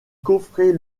coffret